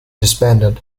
disbanded